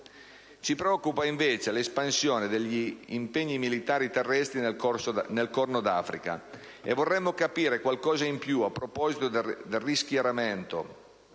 Ci preoccupa invece l'espansione degli impegni militari terrestri nel Corno d'Africa e vorremmo capire qualcosa di più a proposito del rischieramento